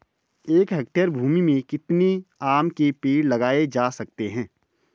एक हेक्टेयर भूमि में कितने आम के पेड़ लगाए जा सकते हैं?